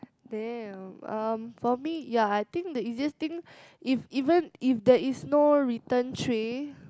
damn um for me ya I think the easiest thing if even if there is no return tray